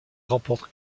remporte